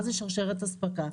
מה זה שרשרת אספקה?